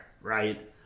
Right